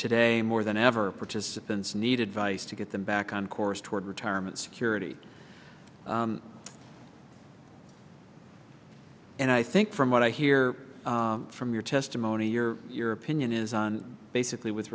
today more than ever participants need advice to get them back on course toward retirement security and i think from what i hear from your testimony your your opinion is on basically with